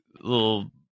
little